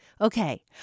Okay